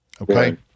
Okay